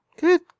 Good